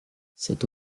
cette